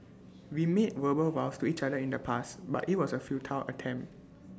we made verbal vows to each other in the past but IT was A futile attempt